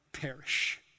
perish